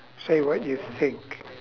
say what you think